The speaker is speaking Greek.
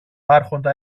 άρχοντα